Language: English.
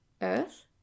Earth